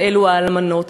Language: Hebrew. ואלה האלמנות,